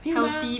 没有嘛